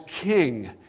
king